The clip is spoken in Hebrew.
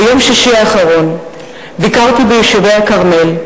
ביום שישי האחרון ביקרתי ביישובי הכרמל: